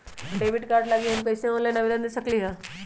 Debit card लागी हम कईसे ऑनलाइन आवेदन दे सकलि ह?